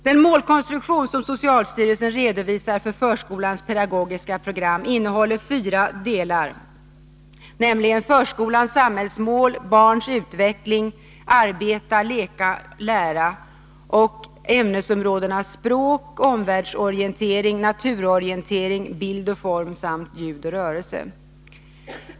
Den målkonstruktion som socialstyrelsen redovisar för förskolans pedagogiska program innehåller fyra delar, nämligen förskolans samhällsmål, barns utveckling, arbeta-leka-lära och ämnesområdena språk, omvärldsorientering, naturorientering, bild och form samt ljud och rörelse.